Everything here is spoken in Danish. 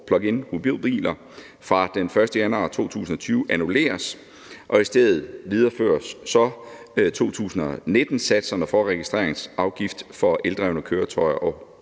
pluginhybridbiler den 1. januar 2020 annulleres, og i stedet videreføres så 2019-satserne for registreringsafgift for eldrevne køretøjer og